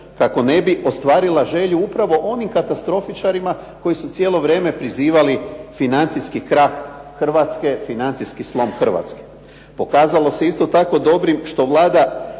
kako ne bi ostvarila želju upravo onim katastrofičarima koji su cijelo vrijeme prizivali financijski krah Hrvatske, financijski slom Hrvatske. Pokazalo se isto tako dobrim što Vlada